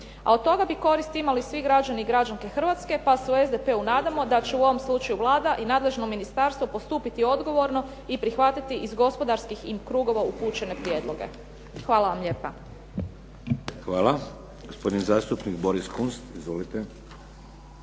A od toga bi koristi imali svi građani i građanke Hrvatske pa se u SDP-u nadamo da će u ovom slučaju Vlada i nadležno ministarstvo postupiti odgovorno i prihvatiti iz gospodarskih im krugova upućene prijedloge. Hvala vam lijepa. **Šeks, Vladimir (HDZ)** Hvala. Gospodin zastupnik Boris Kunst. Izvolite.